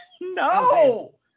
No